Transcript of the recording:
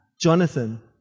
Jonathan